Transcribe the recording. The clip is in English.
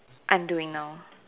I'm doing now